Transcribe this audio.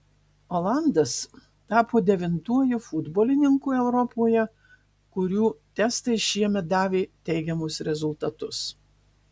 olandas tapo devintuoju futbolininku europoje kurių testai šiemet davė teigiamus rezultatus